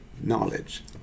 knowledge